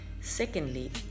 secondly